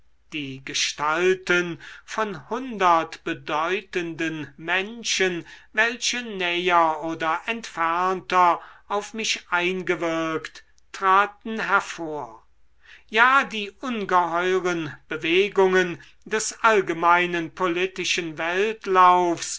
die gestalten von hundert bedeutenden menschen welche näher oder entfernter auf mich eingewirkt traten hervor ja die ungeheuren bewegungen des allgemeinen politischen